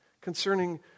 concerning